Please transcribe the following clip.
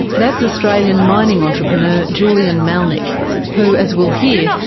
that's australian mining entrepreneur julian malnic who, as we'll hear,